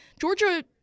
Georgia